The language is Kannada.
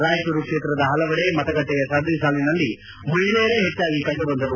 ರಾಯಚೂರು ಕ್ಷೇತ್ರದ ಹಲವೆಡೆ ಮತಗಟ್ಲೆಯ ಸರದಿ ಸಾಲಿನಲ್ಲಿ ಮಹಿಳೆಯರೇ ಹೆಚ್ಚಾಗಿ ಕಂಡುಬಂದರು